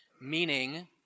meaning